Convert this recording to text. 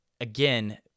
again